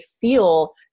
feel